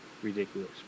Ridiculous